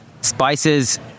spices